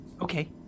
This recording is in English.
Okay